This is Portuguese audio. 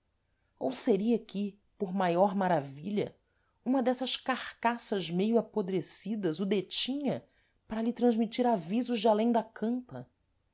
ou seria que por maior maravilha uma dessas carcassas meio apodrecidas o detinha para lhe transmitir avisos de alêm da campa mas